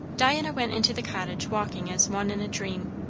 diana went into the cottage walking as one in a dream.